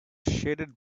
shaded